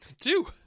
two